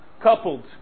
coupled